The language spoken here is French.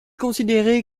considéré